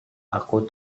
aku